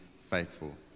faithful